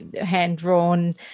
hand-drawn